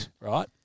right